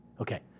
okay